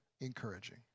encouraging